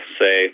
say